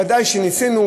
ודאי שניסינו,